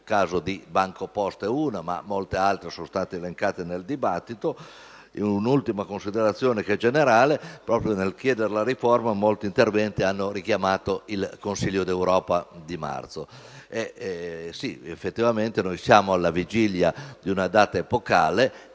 Il caso di BancoPosta è una, ma molte altre sono state elencate nel dibattito. L'ultima considerazione generale è che proprio nel chiedere la riforma, molti interventi hanno richiamato il Consiglio europeo di marzo. Effettivamente noi siamo alla vigilia di una data epocale.